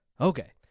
Okay